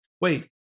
Wait